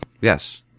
Yes